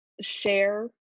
Share